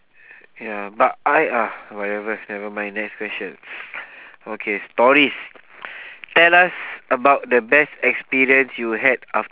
ya but I ah whatever nevermind next question okay stories tell us about the best experience you had af~